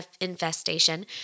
infestation